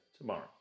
tomorrow